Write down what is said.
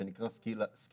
שהוא נקרא סקיל-אפ.